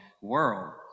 world